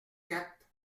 quatre